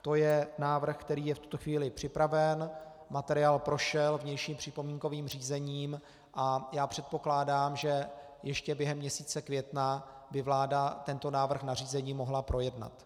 To je návrh, který je v tuto chvíli připraven, materiál prošel vnějším připomínkovým řízením a já předpokládám, že ještě během měsíce května by vláda tento návrh nařízení mohla projednat.